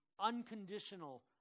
unconditional